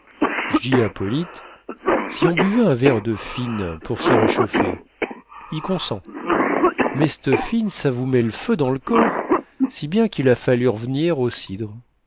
j'dis à polyte si on buvait un verre de fine pour se réchauffer y consent mais c'te fine ça vous met l'feu dans l'corps si bien qu'il a fallu r'venir au cidre